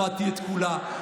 למדתי את כולה,